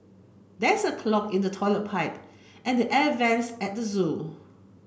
there's a clog in the toilet pipe and the air vents at the zoo